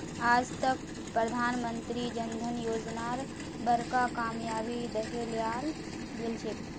आज तक प्रधानमंत्री जन धन योजनार बड़का कामयाबी दखे लियाल गेलछेक